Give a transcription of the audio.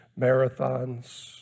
marathons